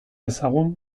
ezagun